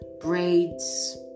Braids